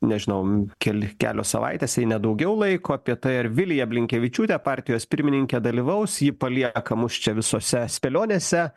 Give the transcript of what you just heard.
nežinau keli kelios savaitės jei ne daugiau laiko apie tai ar vilija blinkevičiūtė partijos pirmininkė dalyvaus ji palieka mus čia visose spėlionėse